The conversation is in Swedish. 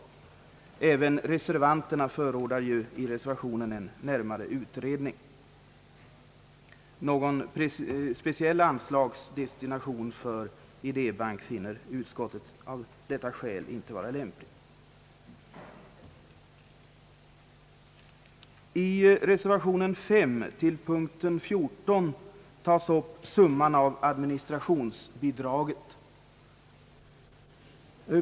Även reservanterna förordar ju i reservationen en närmare utredning. Någon speciell anslagsdestination för en idébank finner utskottet av detta skäl inte vara lämplig. I reservation 5 till punkt 14 tas upp summan av administrationsbidragen.